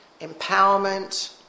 empowerment